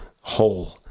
whole